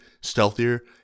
stealthier